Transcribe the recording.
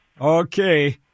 Okay